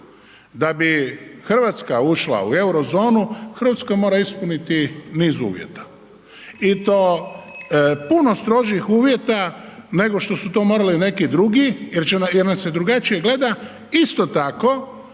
Da bi Hrvatska ušla u euro zonu Hrvatska mora ispuniti niz uvjeta i to puno strožih uvjeta nego što su to morali neki drugi jer nas se drugačije gleda. Isto tako